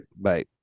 bye